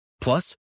Plus